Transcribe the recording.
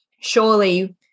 surely